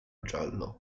giallo